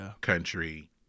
country